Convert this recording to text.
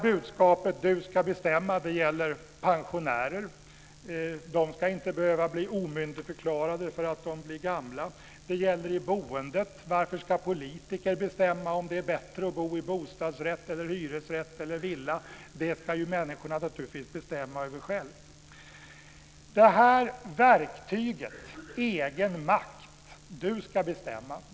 Budskapet: Du ska bestämma, gäller också pensionärer. De ska inte behöva bli omyndigförklarade för att de blir gamla. Det gäller i boendet. Varför ska politiker bestämma om det är bättre att bo i bostadsrätt, i hyresrätt eller i villa? Det ska naturligtvis människorna bestämma över själva. Verktyget är egen makt: Du ska bestämma.